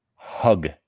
Hug